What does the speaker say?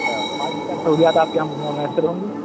اچھا five star سہولیات آپ کے یہاں میسر ہوں گی